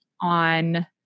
on